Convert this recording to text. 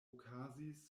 okazis